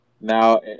Now